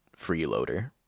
freeloader